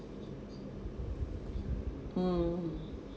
mm